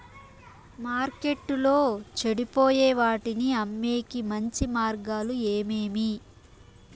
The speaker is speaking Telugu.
మార్కెట్టులో చెడిపోయే వాటిని అమ్మేకి మంచి మార్గాలు ఏమేమి